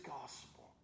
gospel